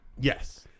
Yes